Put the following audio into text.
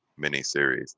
miniseries